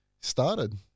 started